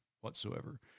whatsoever